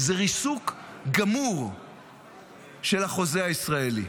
זה ריסוק גמור של החוזה הישראלי.